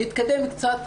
להתקדם קצת,